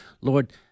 Lord